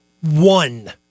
one